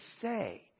say